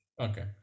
okay